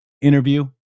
interview